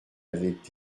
avec